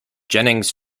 jennings